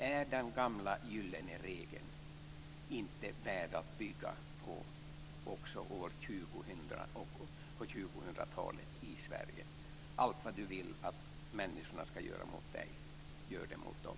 Är inte den gamla gyllene regeln värd att bygga på också på 2000-talet i Sverige - allt vad du vill att människorna ska göra mot dig, det ska du göra mot dem?